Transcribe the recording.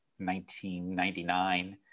1999